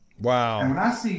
Wow